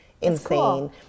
insane